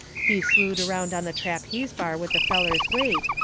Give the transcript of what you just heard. he slewed around on the trapeze bar with the feller's weight,